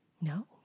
No